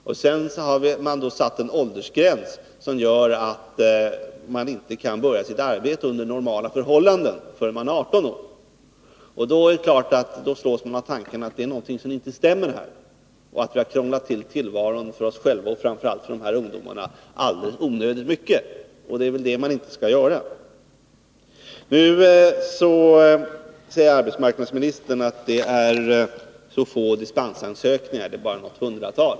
Samma statsmakt har sedan satt upp en åldersgräns som gör att ungdomarna under normala förhållanden inte kan börja sitt arbete förrän de är 18 år. När man upptäcker detta slås man naturligtvis av tanken att det är någonting som inte Nr 32 stämmer och att vi i onödan har krånglat till tillvaron för oss själva och Fredagen den framför allt för de ungdomar det gäller. 20 november 1981 Arbetsmarknadsministern sade att det är få dispensansökningar — bara något hundratal.